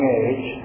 age